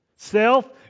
Self